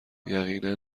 یقینا